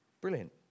Brilliant